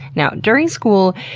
now, during school,